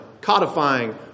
codifying